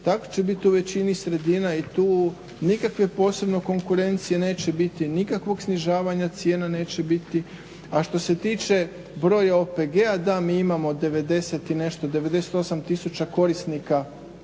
tako će biti u većini sredina i tu nikakve posebno konkurencije neće biti, nikakvog snižavanja cijena neće biti, a što se tiče broja OPG-a da, mi imamo 90 i